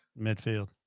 Midfield